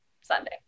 Sunday